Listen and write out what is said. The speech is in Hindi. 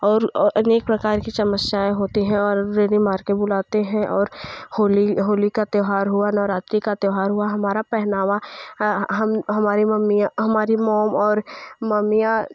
और अनेक प्रकार की समस्याएँ होती हैं और रेड़ी मारकेट बुलाते हैं और होली होली का त्यौहार हुआ नवरात्रि का त्यौहार हुआ हमारा पहनावा हम हमारी मम्मियाँ हमारी मॉम और मम्मियाँ